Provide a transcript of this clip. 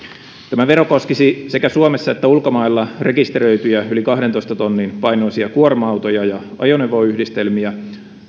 tämä vero koskisi sekä suomessa että ulkomailla rekisteröityjä yli kahdentoista tonnin painoisia kuorma autoja ja ajoneuvoyhdistelmiä